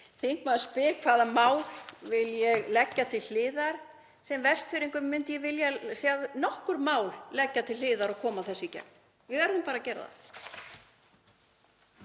þingmaður spyr: Hvaða mál vil ég leggja til hliðar? Sem Vestfirðingur þá myndi ég vilja leggja nokkur mál til hliðar og koma þessu í gegn. Við verðum bara að gera það.